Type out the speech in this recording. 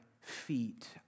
feet